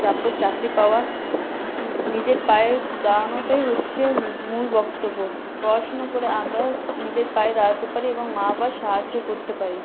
তারপর চাকরি পাওয়া নিজের পায়ে দাঁড়ানোটাই হচ্ছে মূল বক্তব্য পড়াশোনা করে আমরা নিজের পায়ে দাঁড়াতে পারি এবং মা বাবার সাহায্য করতে পারি